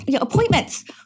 appointments